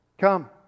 come